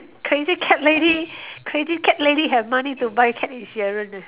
crazy cat lady crazy cat lady have money to buy cat insurance eh